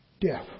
Death